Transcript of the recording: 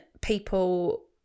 people